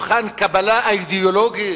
מבחן קבלה אידיאולוגי